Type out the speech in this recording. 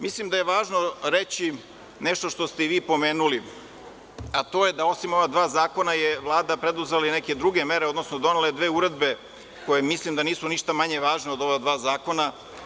Mislim da je važno reći nešto što ste i vi pomenuli, a to je da osim ova dva zakona, Vlada je preduzela i neke druge mere, odnosno donela je dve uredbe koje mislim da nisu ništa manje važne od ova dva zakona.